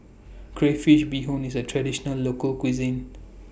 Crayfish Beehoon IS A Traditional Local Cuisine